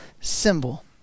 symbol